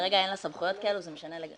כרגע אין לה סמכויות כאלו, זה משנה לגמרי.